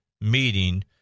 meeting